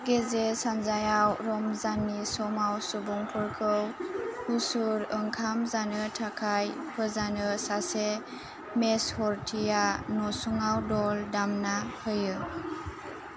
गेजेर सानजायाव रमजाननि समाव सुबुंफोरखौ मुसुर ओंखाम जानो थाखाय फोजानो सासे मेसहरतीया नसुंआव दल दामना होयो